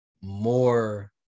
more